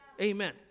Amen